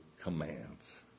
commands